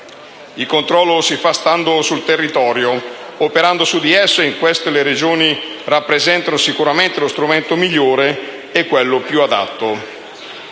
Il controllo lo si fa stando sul territorio, operando su di esso, e in questo le Regioni rappresentano sicuramente lo strumento migliore e più adatto;